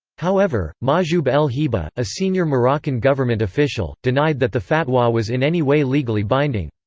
however, mahjoub el hiba, a senior moroccan government official, denied that the fatwa was in any way legally binding.